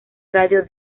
radio